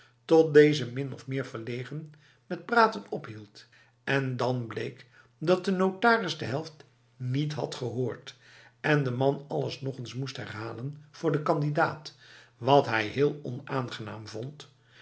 tot deze min of meer verlegen met praten ophield en dan bleek dat de notaris de helft niet had gehoord en de man alles nog eens moest herhalen voor de kandidaat wat hij heel onaangenaam vond